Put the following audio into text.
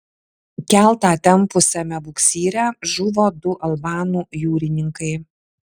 keltą tempusiame buksyre žuvo du albanų jūrininkai